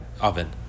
oven